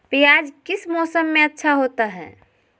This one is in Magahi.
प्याज किस मौसम में अच्छा होता है?